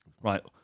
right